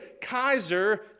Kaiser